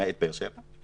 למעט באר שבע.